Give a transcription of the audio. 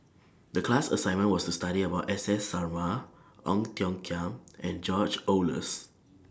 The class assignment was to study about S S Sarma Ong Tiong Khiam and George Oehlers